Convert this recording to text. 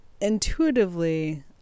intuitively